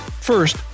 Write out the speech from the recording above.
First